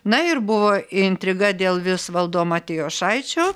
na ir buvo intriga dėl visvaldo matijošaičio